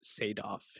Sadov